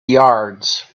yards